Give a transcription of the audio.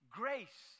grace